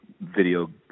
video